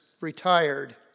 retired